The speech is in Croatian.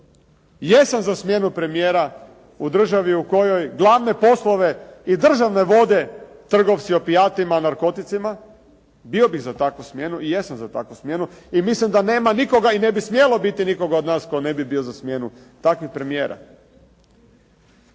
Jesam za smjenu premijera u državi u kojoj glavne poslove i države vode trgovci opijatima narkoticima. Bio bih za takvu smjenu i jesam za takvu smjenu i mislim da nema nikoga i ne bi smjelo biti nikoga od nas tko ne bi bio za smjenu tako i premijera.